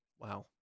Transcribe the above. Wow